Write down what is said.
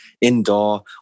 indoor